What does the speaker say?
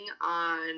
on